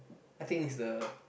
I think is the